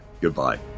goodbye